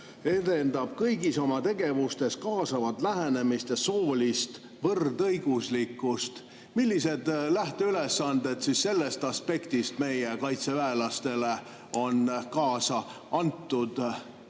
edendatakse kõigis oma tegevustes kaasavat lähenemist ja soolist võrdõiguslikkust. Millised lähteülesanded sellest aspektist meie kaitseväelastele on kaasa antud?